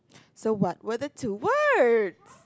so what were the two words